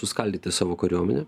suskaldyti savo kariuomenę